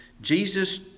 Jesus